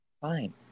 Fine